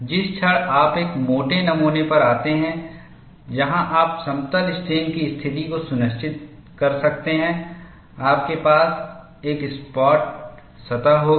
जिस क्षण आप एक मोटे नमूने पर आते हैं जहां आप समतल स्ट्रेन की स्थिति को सुनिश्चित कर सकते हैं आपके पास एक सपाट सतह होगी